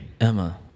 Emma